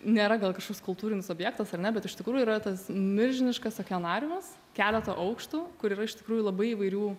nėra gal kažkoks kultūrinis objektas ar ne bet iš tikrųjų yra tas milžiniškas okeanariumas keletą aukštų kur yra iš tikrųjų labai įvairių